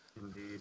Indeed